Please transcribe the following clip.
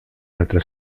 nuestra